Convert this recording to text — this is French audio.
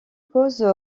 cause